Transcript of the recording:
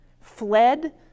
fled